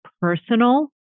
personal